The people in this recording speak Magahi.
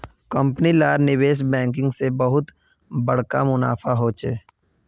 कंपनी लार निवेश बैंकिंग से बहुत बड़का मुनाफा होचे